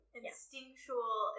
instinctual